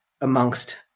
amongst